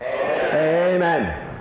Amen